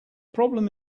problem